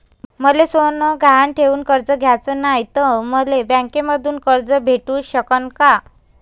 मले सोनं गहान ठेवून कर्ज घ्याचं नाय, त मले बँकेमधून कर्ज भेटू शकन का?